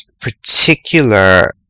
particular